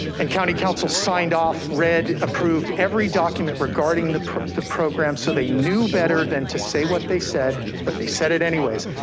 and county council signed off, read, approved every document regarding the the program so they knew better than to say what they said, but they said it anyways.